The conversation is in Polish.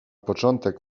początek